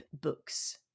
books